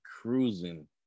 cruising